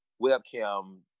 webcam